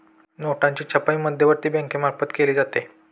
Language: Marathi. नोटांची छपाई मध्यवर्ती बँकेमार्फत केली जाते